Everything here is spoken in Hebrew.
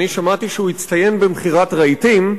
אני שמעתי שהוא הצטיין במכירת רהיטים,